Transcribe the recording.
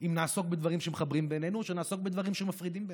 אם נעסוק בדברים שמחברים בינינו או נעסוק בדברים שמפרידים בינינו.